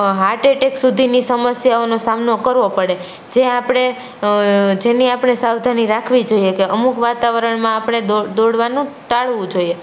heart attack સુધીની સમસ્યાઓનો સામનો કરવો પડે જે આપણે જેની આપણે સાવધાની રાખવી જોઈએ કે અમુક વાતાવરણમાં આપણે દોડવાનું ટાળવું જોઈએ